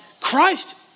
Christ